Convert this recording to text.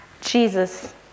Jesus